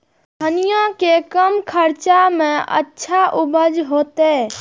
धनिया के कम खर्चा में अच्छा उपज होते?